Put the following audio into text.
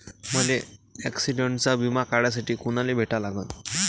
मले ॲक्सिडंटचा बिमा काढासाठी कुनाले भेटा लागन?